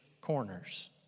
corners